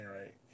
right